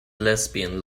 lesbian